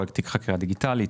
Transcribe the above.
פרויקט תיק חקירה דיגיטלי,